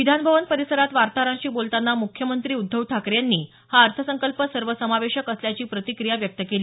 विधान भवन परिसरात वार्ताहरांशी बोलतांना मुख्यमंत्री उद्धव ठाकरे यांनी हा अर्थसंकल्प सर्वसमावेशक असल्याची प्रतिक्रिया व्यक्त केली